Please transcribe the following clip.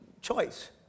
choice